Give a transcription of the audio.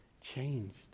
changed